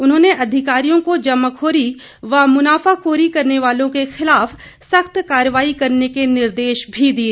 उन्होंने अधिकारियों को जमाखोरी व मुनाफाखोरी करने वालों के खिलाफ सख्त कार्यवाई करने के निर्देश भी दिए